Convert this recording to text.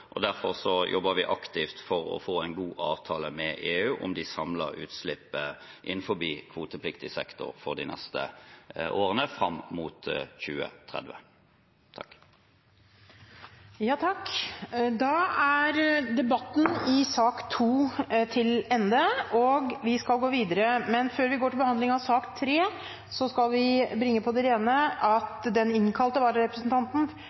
Derfor jobber vi aktivt for å få en god avtale med EU om de samlede utslipp innenfor kvotepliktig sektor for de neste årene, fram mot 2030. Flere har ikke bedt om ordet til sak nr. 2. Før vi går til behandling av sak